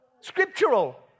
scriptural